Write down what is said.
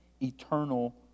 eternal